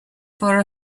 for